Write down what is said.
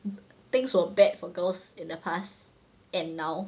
things were bad for girls in the past and now